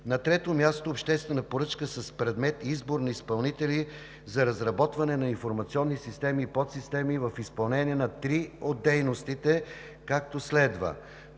На трето място, обществена поръчка с предмет „Избор на изпълнители за разработване на информационни системи и подсистеми“ в изпълнение на три от дейностите, както следва: